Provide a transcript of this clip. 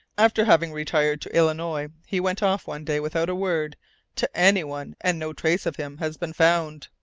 after having retired to illinois, he went off one day without a word to anyone and no trace of him has been found.